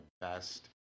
best